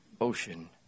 Ocean